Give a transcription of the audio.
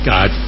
God